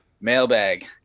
Mailbag